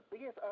Yes